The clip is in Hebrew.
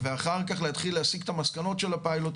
ואחר כך להתחיל להסיק את המסקנות של הפיילוט.